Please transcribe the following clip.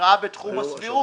נראה בתחום הסביר?